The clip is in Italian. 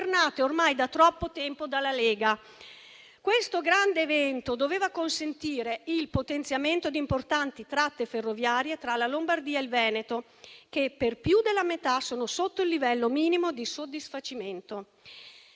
ormai da troppo tempo dalla Lega. Questo grande evento doveva consentire il potenziamento di importanti tratte ferroviarie tra la Lombardia e il Veneto, che per più della metà sono sotto il livello minimo di soddisfacimento.